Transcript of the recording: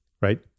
right